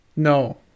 No